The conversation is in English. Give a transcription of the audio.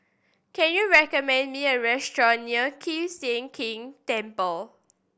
can you recommend me a restaurant near Kiew Sian King Temple